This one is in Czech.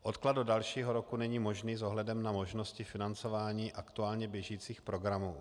Odklad do dalšího roku není možný s ohledem na možnosti financování aktuálně běžících programů.